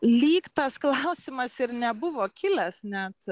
lyg tas klausimas ir nebuvo kilęs net